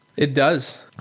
it does,